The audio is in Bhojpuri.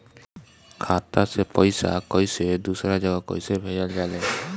खाता से पैसा कैसे दूसरा जगह कैसे भेजल जा ले?